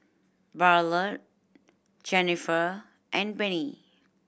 Ballard Jenniffer and Penni